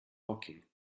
working